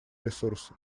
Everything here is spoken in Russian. ресурсы